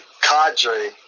cadre